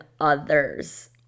others